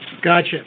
Gotcha